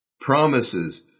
Promises